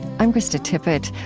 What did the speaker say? i'm krista tippett.